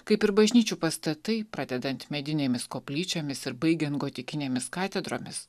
kaip ir bažnyčių pastatai pradedant medinėmis koplyčiomis ir baigiant gotikinėmis katedromis